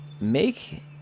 Make